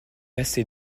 assez